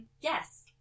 yes